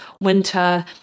winter